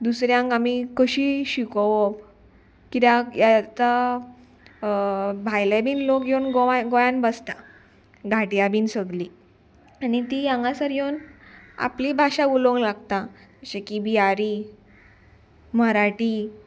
दुसऱ्यांक आमी कशी शिकोवप किद्याक आतां भायले बीन लोक येवन गोंय गोंयान बसता घाटिया बीन सगली आनी ती हांगासर येवन आपली भाशा उलोवंक लागता जशें की बियारी मराठी